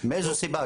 מאיזו סיבה?